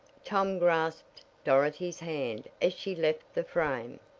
tom grasped dorothy's hand as she left the frame.